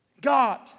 God